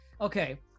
okay